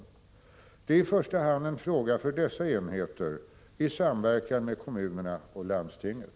Detta är i första hand en fråga för dessa enheter, i samverkan med kommunerna och landstinget.